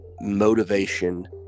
motivation